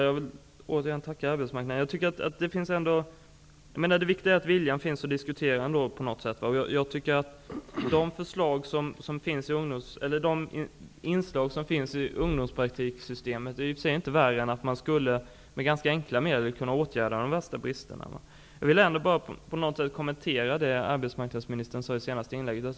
Fru talman! Återigen tackar jag arbetsmarknadsministern. Det viktiga är att viljan finns att diskutera. Jag tycker att de inslag som finns i ungdomspraktiksystemet i och för sig inte är värre än att man med ganska enkla medel skulle kunna åtgärda de flesta brister. Jag vill ändå kommentera det som arbetsmarknadsministern sade i sitt senaste inlägg.